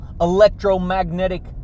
electromagnetic